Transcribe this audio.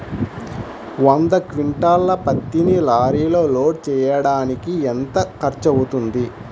వంద క్వింటాళ్ల పత్తిని లారీలో లోడ్ చేయడానికి ఎంత ఖర్చవుతుంది?